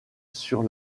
sur